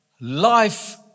Life